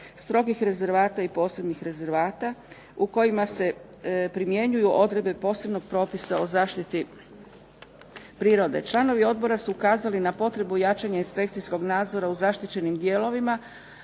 strogih rezervata i posebnih rezervata u kojima se primjenjuju odredbe posebnog propisa o zaštiti prirode. Članovi odbora su ukazali na potrebu jačanja inspekcijskog nadzora u zaštićenim dijelovima,